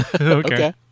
Okay